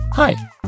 Hi